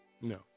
no